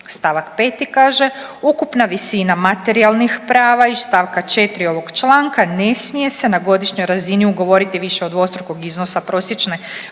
St. 5. kaže ukupna visina materijalnih prava iz st. 4. ovog članka ne smije se na godišnjoj razini ugovoriti više od dvostrukog iznosa prosječne